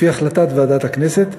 לפי החלטת ועדת הכנסת,